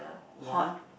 ya